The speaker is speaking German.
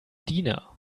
diener